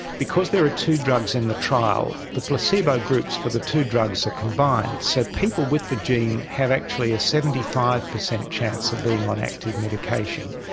because there are two drugs in the trial, the placebo groups for the two drugs are combined, so people with the gene have actually a seventy five percent chance of being on active medication,